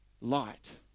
Light